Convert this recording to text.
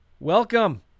Welcome